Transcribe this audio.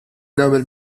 nagħmel